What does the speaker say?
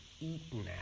eaten